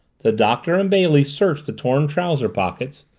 the doctor and bailey searched the torn trouser pockets,